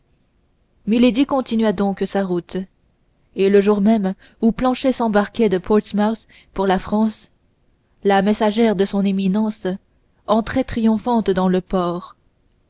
milady continua donc sa route et le jour même où planchet s'embarquait de portsmouth pour la france la messagère de son éminence entrait triomphante dans le port